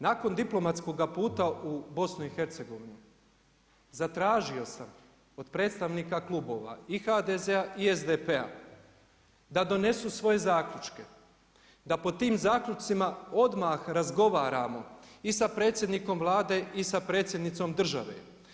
Nakon diplomatskoga puta u BIH, zatražio sam od predstavnika Klubova i HDZ-a i SDP-a da donesu svoje zaključke, da po tim zaključcima odmah razgovaramo i sa predsjednikom Vlade i sa predsjednicom države.